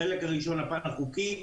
החלק הראשון הפן החוקי,